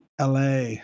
LA